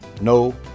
No